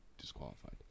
disqualified